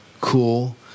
cool